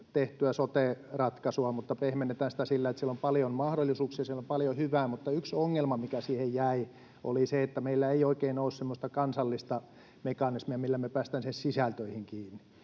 tehtyä sote-ratkaisua, niin pehmennetään sitä sillä, että siellä on paljon mahdollisuuksia, siellä on paljon hyvää, mutta yksi ongelma, mikä siihen jäi, oli se, että meillä ei oikein ole semmoista kansallista mekanismia, millä me päästään sinne sisältöihin kiinni.